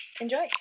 enjoy